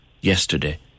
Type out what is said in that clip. yesterday